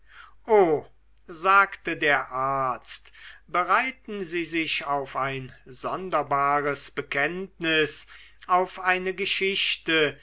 o sagte der arzt bereiten sie sich auf ein sonderbares bekenntnis auf eine geschichte